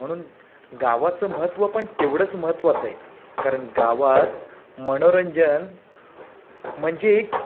म्हणून गावाचं महत्त्व पण तेवढंच महत्त्वाचं आहे कारण गावात मनोरंजन म्हणजे एक